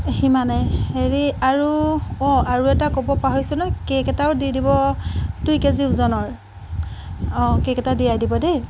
সিমানেই হেৰি আৰু অঁ আৰু এটা ক'ব পাহৰিছো নহয় কে'ক এটাও দি দিব দুই কেজি ওজনৰ অঁ কে'ক এটা দিয়াই দিব দেই